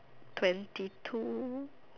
twenty two